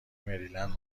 مریلند